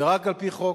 ורק על-פי חוק,